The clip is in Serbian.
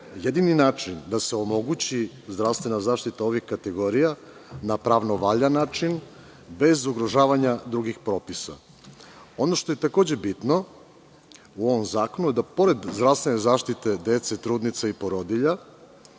jedini način da se omogući zdravstvena zaštita ovih kategorija na pravno valjan način, bez ugrožavanja drugih propisa. Ono što je takođe bitno u ovom zakonu jeste da pored zdravstvene zaštite dece, trudnica i porodilja